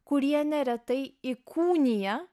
kurie neretai įkūnija